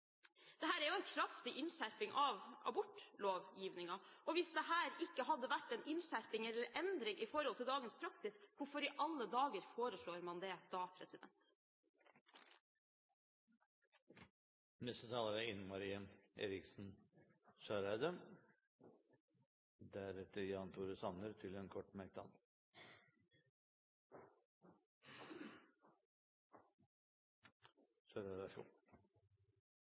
er en kraftig innskjerping av abortlovgivningen. Hvis ikke dette hadde vært en innskjerping eller endring sammenliknet med dagens praksis – hvorfor i alle dager foreslår man det?